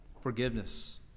forgiveness